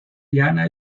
llana